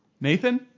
Nathan